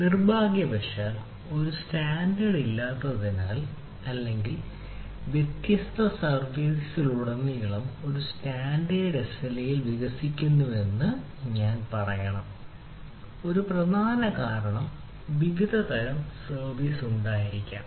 നിർഭാഗ്യവശാൽ ഒരു സ്റ്റാൻഡേർഡ് വികസിക്കുന്നുവെന്ന് ഞാൻ പറയണം ഒരു പ്രധാന കാരണം വ്യത്യസ്ത തരം സർവീസ് ഉണ്ടായിരിക്കാം